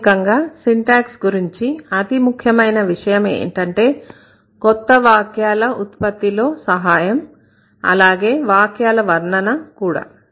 ప్రాథమికంగా సింటాక్స్ గురించి అతి ముఖ్యమైన విషయము ఏంటంటే కొత్త వాక్యాల ఉత్పత్తిలో సహాయం అలాగే వాక్యాల వర్ణన కూడా